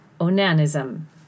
onanism